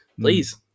Please